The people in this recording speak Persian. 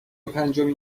پنجمین